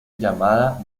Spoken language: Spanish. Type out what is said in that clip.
llamada